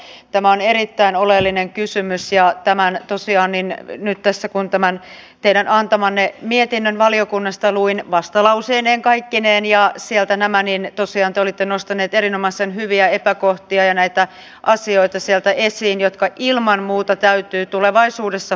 arvoisa edustaja tämä on erittäin oleellinen kysymys ja tosiaan nyt tässä kun tämän teidän antamanne mietinnön valiokunnasta luin vastalauseineen kaikkineen ja sieltä nämä asiat niin tosiaan te olitte nostaneet erinomaisen hyviä epäkohtia ja näitä asioita sieltä esiin jotka ilman muuta täytyy tulevaisuudessa huomioida